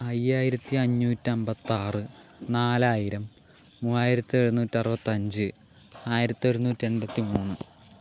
ഐയ്യായിരത്തി അഞ്ഞൂറ്റൻമ്പത്താറ് നാലായിരം മൂവായിരത്തി ഏഴ്നൂറ്ററുവത്തഞ്ച് ആയിരത്തൊരൂനൂത്തെൺപത്തി മൂന്ന്